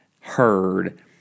heard